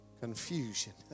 Confusion